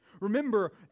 Remember